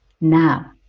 now